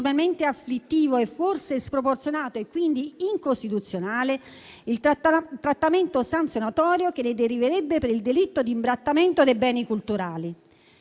enormemente afflittivo, forse sproporzionato e quindi incostituzionale il trattamento sanzionatorio che deriverebbe dal delitto di imbrattamento dei beni culturali.